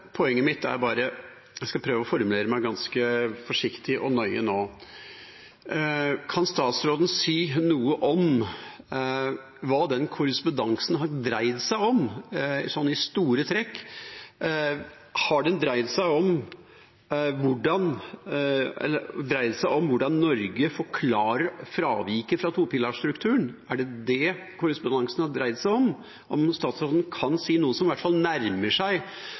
Poenget mitt er bare, og jeg skal prøve å formulere meg ganske forsiktig og nøye nå: Kan statsråden si noe om hva den korrespondansen i store trekk har dreid seg om? Har den dreid seg om hvordan Norge forklarer at vi fraviker fra topilarstrukturen – er det det korrespondansen har dreid seg om? Kan statsråden si noe som i hvert fall nærmer seg